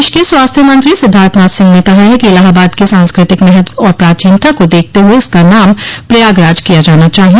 प्रदेश के स्वास्थ्य मंत्री सिद्धार्थनाथ सिंह ने कहा है कि इलाहाबाद के सांस्कृतिक महत्व और प्राचीनता को देखते हुए इसका नाम प्रयाग राज किया जाना चाहिए